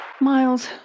Miles